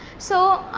so,